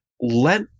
Let